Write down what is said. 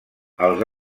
els